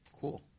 Cool